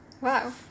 wow